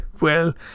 Well